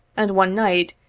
and one night,